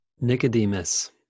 Nicodemus